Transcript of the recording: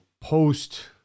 post